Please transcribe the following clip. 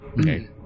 Okay